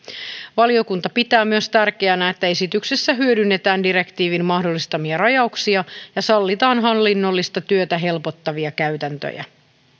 valiokunta pitää myös tärkeänä että esityksessä hyödynnetään direktiivin mahdollistamia rajauksia ja sallitaan hallinnollista työtä helpottavia käytäntöjä